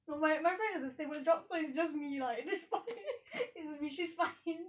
but my my friend has a stable job so it's just me lah which is fine